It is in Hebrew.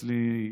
אצלי,